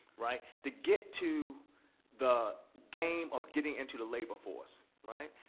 right, to get to the game of getting into the labor force, right.